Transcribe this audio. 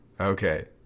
Okay